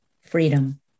Freedom